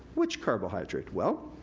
which carbohydrate? well,